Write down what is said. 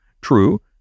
true